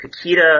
Kakita